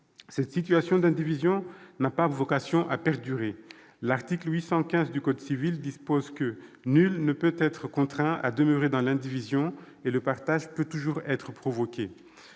Cette situation d'indivision n'a pas vocation à perdurer. Selon l'article 815 du code civil, « nul ne peut être contraint à demeurer dans l'indivision et le partage peut toujours être provoqué [